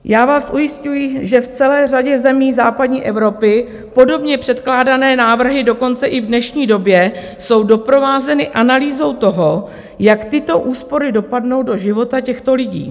Já vás ujišťuji, že v celé řadě zemí západní Evropy podobně předkládané návrhy dokonce i v dnešní době jsou doprovázeny analýzou toho, jak tyto úspory dopadnou do života těchto lidí.